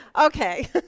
Okay